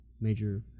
major